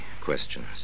questions